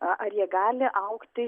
ar jie gali augti